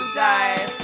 die